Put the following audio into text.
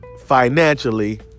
financially